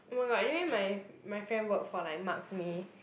oh-my-god anyway my my friend work for like Marks May